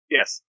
Yes